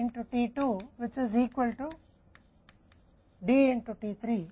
तो IM P 2 से P के बराबर है जो T 3 में D के बराबर है